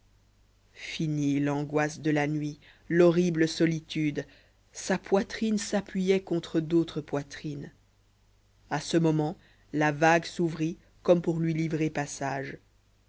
finie l'angoisse de la nuit l'horrible solitude sa poitrine s'appuyait contre d'autres poitrines à ce moment la vague s'ouvrit comme pour lui livrer passage